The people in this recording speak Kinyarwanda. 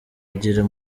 agira